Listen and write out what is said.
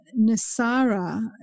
Nasara